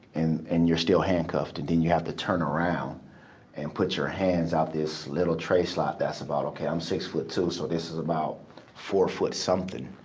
and and you're still handcuffed and then you have to turn around and put your hands out this little tray slot that's about okay, i'm six foot two, so so this is about four foot something.